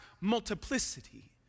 multiplicity